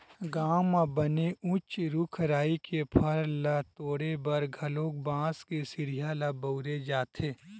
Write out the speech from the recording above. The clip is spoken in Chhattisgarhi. गाँव म बने उच्च रूख राई के फर ल तोरे बर घलोक बांस के सिड़िया ल बउरे जाथे